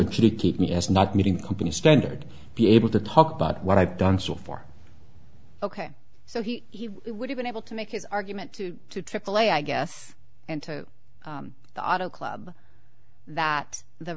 actually keep me as not meeting company standard be able to talk about what i've done so for ok so he would have been able to make his argument to aaa i guess and to the auto club that the